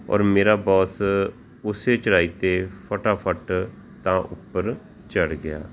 ਔਰ ਮੇਰਾ ਬੌਸ ਉਸੇ ਚੜ੍ਹਾਈ 'ਤੇ ਫਟਾਫਟ ਤਾਂ ਉੱਪਰ ਚੜ੍ਹ ਗਿਆ